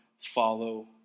follow